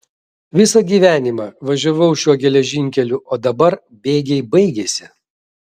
visą gyvenimą važiavau šiuo geležinkeliu o dabar bėgiai baigėsi